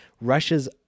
Russia's